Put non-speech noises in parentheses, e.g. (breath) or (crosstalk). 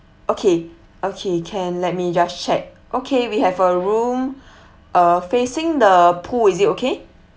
okay okay can let me just check okay we have a room (breath) uh facing the pool is it okay